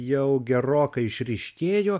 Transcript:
jau gerokai išryškėjo